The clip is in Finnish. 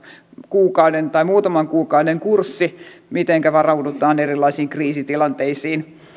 kuukauden tai muutaman kuukauden kurssi mitenkä varaudutaan erilaisiin kriisitilanteisiin